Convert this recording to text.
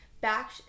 back